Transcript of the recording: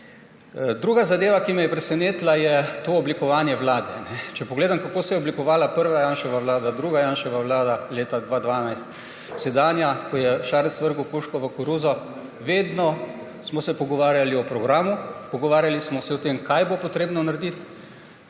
Druga zadeva, ki me je presenetila, je oblikovanje vlade. Če pogledam, kako so se oblikovale prva Janševa vlada, druga Janševa vlada leta 2012, sedanja, ko je Šarec vrgel puško v koruzo, vedno smo se pogovarjali o programu, pogovarjali smo se o tem, kaj bo potrebno narediti,